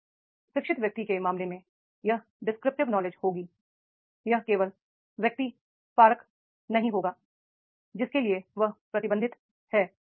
तो शिक्षित व्यक्ति के मामले में यह डिस्क्रिप्टिव नॉलेज होगीI यह केवल व्यक्तिपरक नहीं होगा जिसके लिए वह प्रतिबंधित है